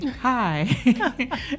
hi